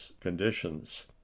conditions